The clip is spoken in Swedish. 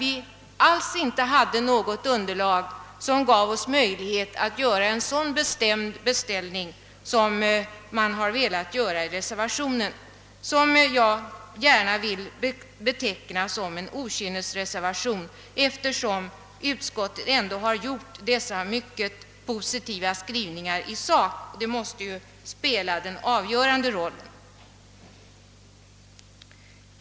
Vi har inte tyckt oss finna något underlag för bedömningen av en så bestämd beställning som reservänterna har velat göra. Jag skulle vilja beteckna reservationen som en okynnesreservation, eftersom utskottet ändå har skrivit mycket positivt i sak, vilket väl måste spela den avgörande rollen.